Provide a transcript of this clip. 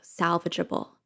salvageable